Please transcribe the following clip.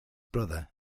brother